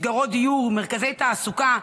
מסגרות דיור ומרכזי תעסוקה,